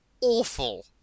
awful